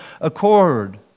accord